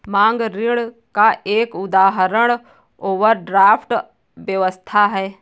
मांग ऋण का एक उदाहरण ओवरड्राफ्ट व्यवस्था है